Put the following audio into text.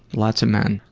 lots of men.